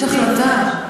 יש החלטה.